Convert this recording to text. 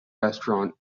restaurant